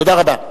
תודה רבה.